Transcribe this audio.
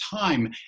time